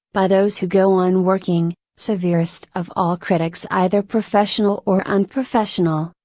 by those who go on working, severest of all critics either professional or unprofessional,